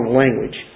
language